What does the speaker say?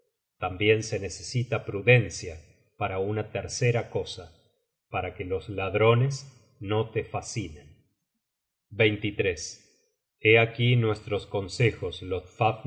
tambien se necesita prudencia para una tercera cosa para que los ladrones no te fascinen hé aquí nuestros consejos